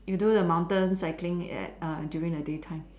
you do the mountain cycling at during the day time